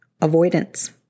Avoidance